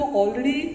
already